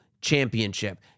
Championship